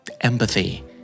Empathy